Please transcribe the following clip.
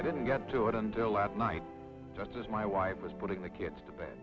i didn't get to it until last night just as my wife was putting the kids to bed